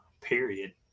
Period